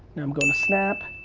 i'm going to snap.